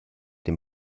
dem